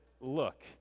look